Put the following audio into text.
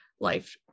Life